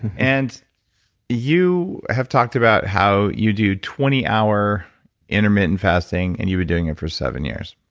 and you have talked about how you do twenty hour intermittent fasting and you've been doing it for seven years